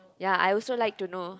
ya I also like to know